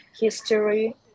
history